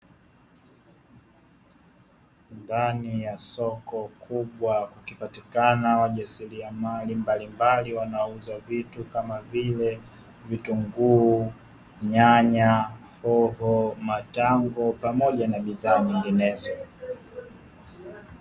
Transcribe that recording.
Ndani ya soko kubwa kukipatikana wajasiriamali mbalimbali wanaouza vitu kama vile vitunguu, nyanya, hoho, matango pamoja na bidhaa nyinginezo.